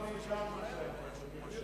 לחוק זה